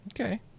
Okay